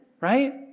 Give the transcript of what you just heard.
right